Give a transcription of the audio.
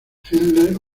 hitler